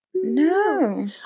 no